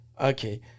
okay